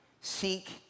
seek